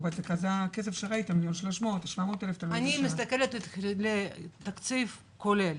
אני מסתכלת לתקציב כולל,